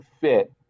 fit